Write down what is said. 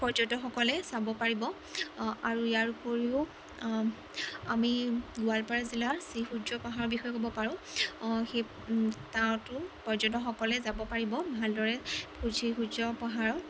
পৰ্যটকসকলে চাব পাৰিব আৰু ইয়াৰ উপৰিও আমি গোৱালপাৰা জিলাৰ শ্ৰীসূৰ্য পাহাৰৰ বিষয়ে ক'ব পাৰোঁ সেই তাতো পৰ্যটকসকলে যাব পাৰিব ভালদৰে শ্ৰীসূৰ্য পাহাৰৰ